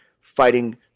fighting